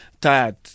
Tired